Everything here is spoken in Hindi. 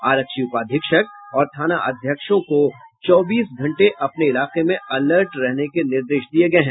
आरक्षी उपाधीक्षक और थाना अध्यक्षों को चौबीस घंटे अपने इलाके में अलर्ट रहने के निर्देश दिये गये हैं